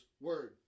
word